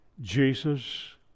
Jesus